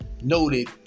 noted